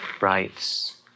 writes